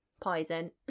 Poison